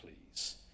please